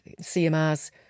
CMRs